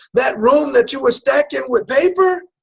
that room that you were stacking with paper